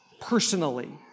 personally